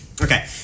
okay